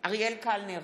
אריאל קלנר,